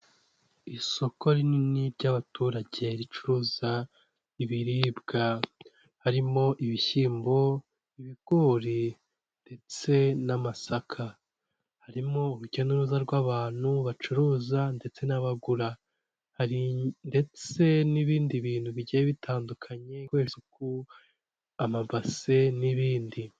Isoko rinini ry'abaturage ricuruza ibiribwa; harimo ibishyimbo, ibigori ndetse n'amasaka, harimo urujya n'uruza rw'abantu bacuruza ndetse n'abagura. Hari ndetse n'ibindi bintu bigiye bitandukanye muri iri soko amabase n'ibindi.